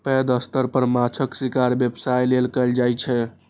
पैघ स्तर पर माछक शिकार व्यवसाय लेल कैल जाइ छै